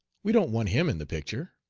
we don't want him in the picture.